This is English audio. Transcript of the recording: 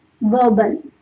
verbal